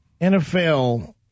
NFL